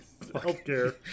healthcare